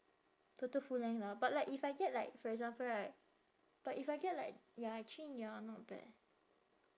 total full length lah but like if I get like for example right but if I get like ya actually ya not bad